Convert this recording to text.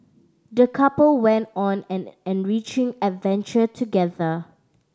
the couple went on an enriching adventure together